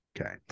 Okay